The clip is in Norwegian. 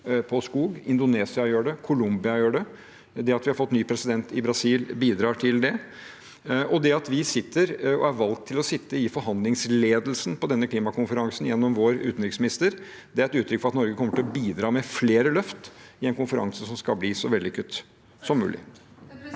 på skog. Indonesia gjør det, Colombia gjør det. At vi har fått ny president i Brasil, bidrar til det. At vi er valgt til å sitte i forhandlingsledelsen på denne klimakonferansen gjennom vår utenriksminister, er et uttrykk for at Norge kommer til å bidra med flere løft i en konferanse som skal bli så vellykket som mulig.